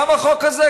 גם החוק הזה,